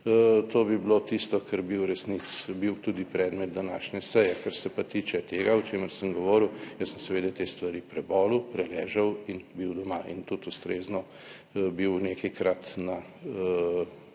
to bi bilo tisto, kar bi v resnici bil tudi predmet današnje seje. Kar se pa tiče tega, o čemer sem govoril, jaz sem seveda te stvari prebolel, preležal in bil doma in tudi ustrezno bil nekajkrat potem